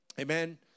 Amen